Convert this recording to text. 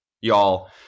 y'all